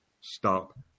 stop